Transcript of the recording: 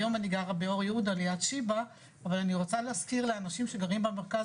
היום אני גרה באור יהודה ליד שיבא אבל אני רוצה להזכיר לאנשים שגרים במרכז